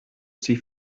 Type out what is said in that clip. ses